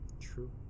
True